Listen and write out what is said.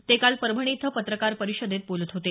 ते काल परभणी इथं पत्रकार परिषदेत बोलत होते